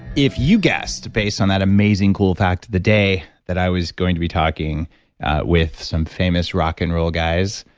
if you guessed based on that amazing cool fact the day that i was going to be talking with some famous rock and roll guys,